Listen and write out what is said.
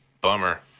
Bummer